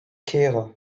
kerañ